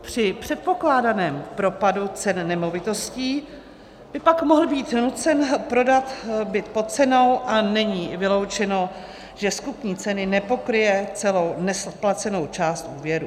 Při předpokládaném propadu cen nemovitostí by pak mohl být nucen prodat byt pod cenou a není vyloučeno, že z kupní ceny nepokryje celou nesplacenou část úvěru.